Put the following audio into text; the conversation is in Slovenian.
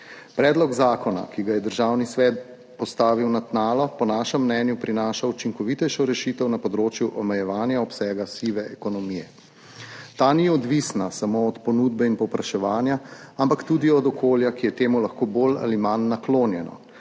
Predlog zakona, ki ga je Državni svet postavil na tnalo, po našem mnenju prinaša učinkovitejšo rešitev na področju omejevanja obsega sive ekonomije. Ta ni odvisna samo od ponudbe in povpraševanja, ampak tudi od okolja, ki je temu lahko bolj ali manj naklonjeno.